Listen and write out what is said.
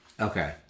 Okay